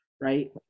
right